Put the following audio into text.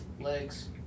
legs